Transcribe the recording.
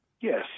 Yes